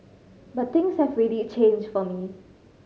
but things have really changed for me